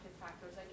factors